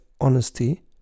honesty